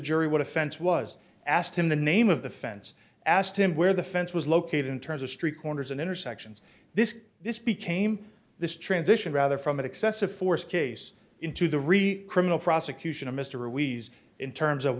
jury what offense was asked in the name of the fence asked him where the fence was located in terms of street corners and intersections this this became this transition rather from excessive force case into the re criminal prosecution of mr always in terms of